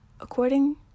According